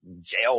jail